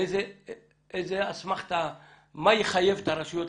מה יחייב את הרשויות,